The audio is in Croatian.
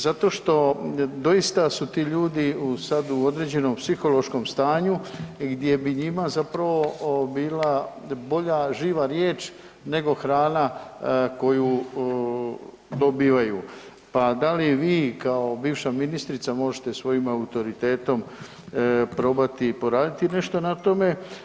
Zato što doista su ti ljudi sad u određenom psihološkom stanju gdje bi njima zapravo bila bolja živa riječ nego hrana koju dobivaju, pa da li vi kao bivša ministrica možete svojim autoritetom probati poraditi nešto na tome?